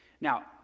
Now